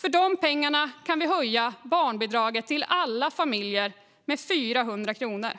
För de pengarna kan vi höja barnbidraget till alla familjer med 400 kronor.